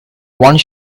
one